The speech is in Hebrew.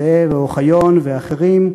זאב ואוחיון ואחרים,